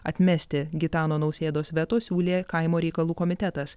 atmesti gitano nausėdos veto siūlė kaimo reikalų komitetas